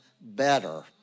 better